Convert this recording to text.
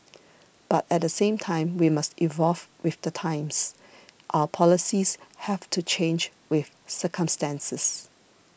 but at the same time we must evolve with the times our policies have to change with circumstances